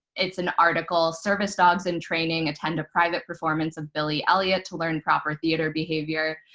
it's an article, service dogs in training, attend a private performance of billy elliot to learn proper theater behavior,